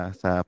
sa